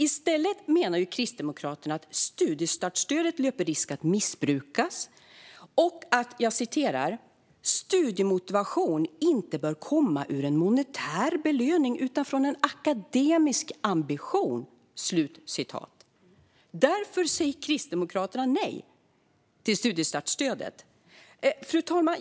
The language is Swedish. I stället menar Kristdemokraterna att studiestartsstödet löper risk att missbrukas och att "studiemotivation bör inte komma ur en monetär belöning utan komma från en akademisk ambition". Därför säger Kristdemokraterna nej till studiestartsstödet. Fru talman!